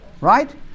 Right